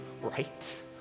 right